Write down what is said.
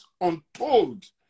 untold